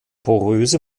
poröse